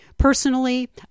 Personally